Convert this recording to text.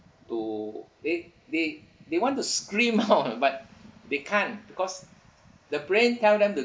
to they they they want to scream you know but they can't because the brain tell them to